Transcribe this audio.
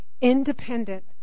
independent